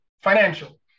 financial